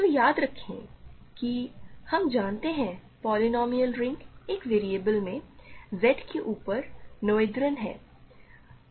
तो याद रखें कि हम जानते हैं पोलिनोमिअल रिंग एक वेरिएबल में Z के ऊपर नोएथेरियन है